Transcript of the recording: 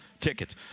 tickets